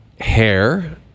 Hair